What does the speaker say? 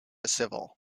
civil